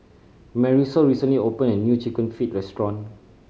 Marisol recently opened a new Chicken Feet restaurant